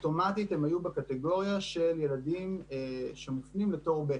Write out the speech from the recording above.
אוטומטית הם היו בקטגוריה של ילדים שמופנים ל"תור ב'".